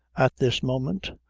at this moment,